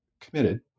committed